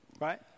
Right